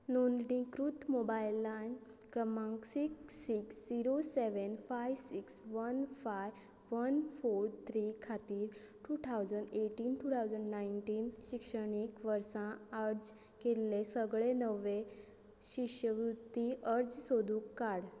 नोंदणीकृत मोबायल क्रमांक six six zero seven five six one five one four three खातीर two thousand eighteen two thousand nineteen शिक्षणीक वर्सा अर्ज केल्ले सगळे नवें शिश्यवृत्ती अर्ज सोदून काड